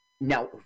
Now